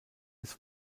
des